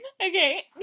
Okay